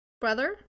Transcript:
Brother